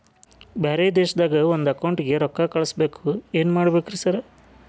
ಬ್ಯಾರೆ ದೇಶದಾಗ ಒಂದ್ ಅಕೌಂಟ್ ಗೆ ರೊಕ್ಕಾ ಕಳ್ಸ್ ಬೇಕು ಏನ್ ಮಾಡ್ಬೇಕ್ರಿ ಸರ್?